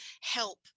help